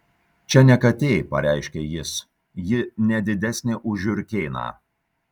čia ne katė pareiškė jis ji ne didesnė už žiurkėną